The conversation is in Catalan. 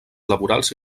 laborals